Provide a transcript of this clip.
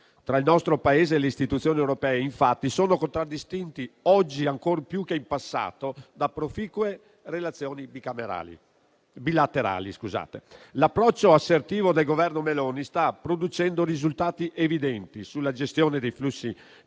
tra il nostro Paese e le istituzioni europee, infatti, sono contraddistinti, oggi ancor più che in passato, da proficue relazioni bilaterali. L'approccio assertivo del Governo Meloni sta producendo risultati evidenti nella gestione dei flussi